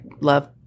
love